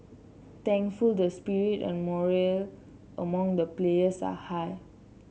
thankful the spirit and morale among the players are high